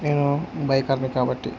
నేను బైకర్ని కాబట్టి